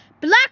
Black